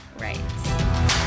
right